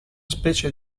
specie